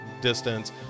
distance